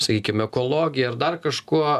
sakykim ekologija ar dar kažkuo